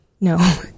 No